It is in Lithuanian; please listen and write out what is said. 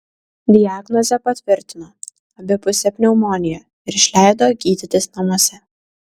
diagnozę patvirtino abipusė pneumonija ir išleido gydytis namuose